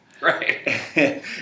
Right